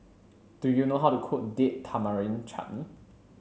do you know how to cook Date Tamarind Chutney